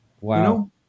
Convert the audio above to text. Wow